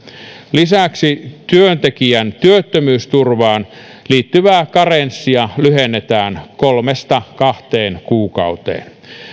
lisäksi työntekijän työttömyysturvaan liittyvää karenssia lyhennetään kolmesta kahteen kuukauteen